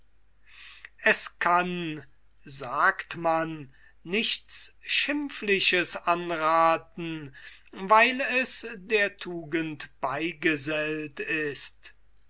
es kann sagt man nichts schimpfliches anrathen weil es der tugend beigesellt ist